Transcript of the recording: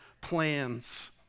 plans